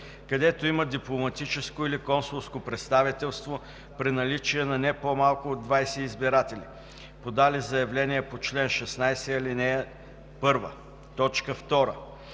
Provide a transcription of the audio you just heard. където има дипломатическо или консулско представителство – при наличие на не по-малко от 20 избиратели, подали заявление по чл. 16, ал. 1; 2.